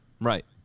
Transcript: Right